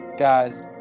Guys